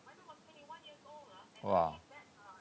!wah!